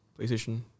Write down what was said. PlayStation